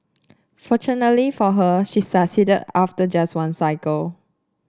fortunately for her she succeeded after just one cycle